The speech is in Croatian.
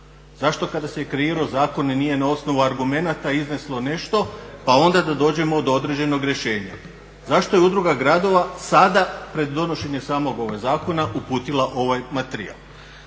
Zašto kada se kreirao zakon nije na osnovu argumenata izneslo nešto pa da onda dođemo do određenog rješenja? Zašto je Udruga gradova sada prije donošenje samog zakona uputila ovaj materijal?